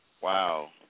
Wow